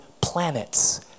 planets